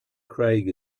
craig